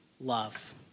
love